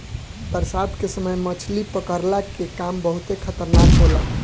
बरसात के समय मछली पकड़ला के काम बहुते खतरनाक होला